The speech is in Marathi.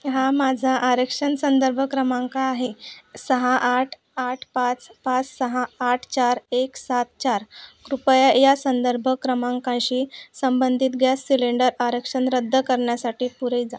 हा माझा आरक्षण संदर्भ क्रमांक आहे सहा आठ आठ पाच पाच सहा आठ चार एक सात चार कृपया या संदर्भ क्रमांकाशी संबंधित गॅस सिलेंडर आरक्षण रद्द करण्यासाठी पुढे जा